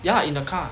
ya in the car